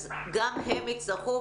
אז גם הם יצטרכו,